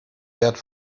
wert